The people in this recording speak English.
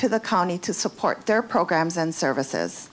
to the economy to support their programs and services